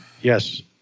Yes